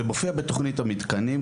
זה מופיע בתכנית המתקנים.